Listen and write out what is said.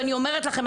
ואני אומרת לכם,